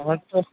আমার তো